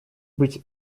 быть